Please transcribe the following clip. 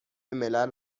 ملل